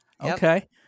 Okay